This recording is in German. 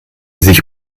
sich